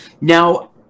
Now